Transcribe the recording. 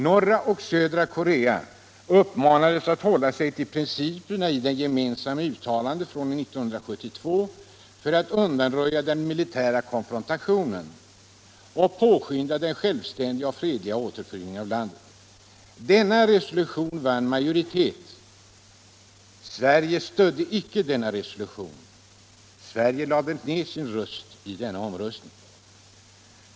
Norra och södra Korea uppmanades att hålla sig till principerna i det gemensamma uttalandet från år 1972 för att undanröja den militära konfrontationen och påskynda den självständiga och fredliga återföreningen av landet. Denna resolution vann majoritet. Sverige stödde icke resolutionen, utan Sverige lade ned sin röst vid omröstningen.